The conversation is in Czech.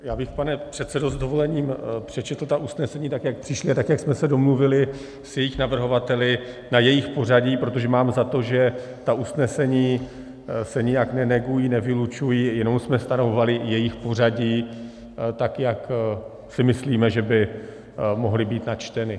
Já bych, pane předsedo, s dovolením přečetl ta usnesení, tak jak přišla a jak jsme se domluvili s jejich navrhovateli na jejich pořadí, protože mám za to, že ta usnesení se nijak nenegují, nevylučují, jenom jsme stanovovali jejich pořadí, tak jak si myslíme, že by mohla být načtena.